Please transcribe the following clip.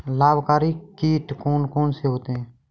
लाभकारी कीट कौन कौन से होते हैं?